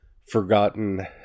forgotten